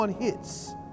hits